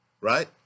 right